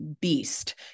Beast